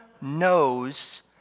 knows